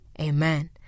amen